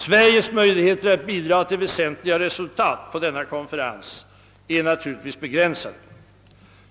Sveriges möjligheter att bidra till väsentliga resultat på denna konferens är naturligtvis begränsade.